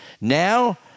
Now